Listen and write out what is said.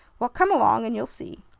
well, come along and you'll see!